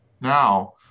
now